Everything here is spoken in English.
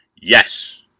Yes